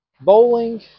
bowling